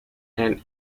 and